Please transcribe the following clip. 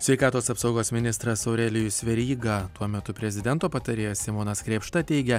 sveikatos apsaugos ministras aurelijus veryga tuo metu prezidento patarėjas simonas krėpšta teigia